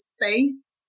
space